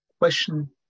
Question